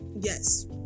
yes